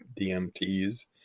DMTs